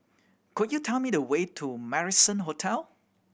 could you tell me the way to Marrison Hotel